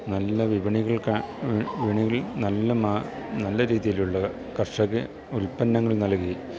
നല്ല വിപണികൾക്കാണ് വിപണികൾ നല്ല നല്ല രീതിയിലുള്ള കർഷക ഉത്പന്നങ്ങൾ നൽകി